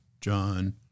John